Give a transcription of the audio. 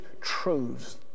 truths